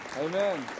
Amen